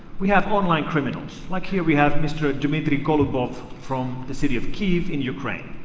we have online criminals. like here, we have mr. dmitry golubov, from the city of kiev in ukraine.